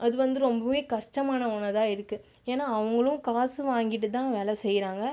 அது வந்து ரொம்ப கஷ்டமான ஒன்றாதான் இருக்கு ஏன்னா அவங்களும் காசு வாங்கிட்டுதான் வேலை செய்கிறாங்க